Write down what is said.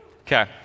Okay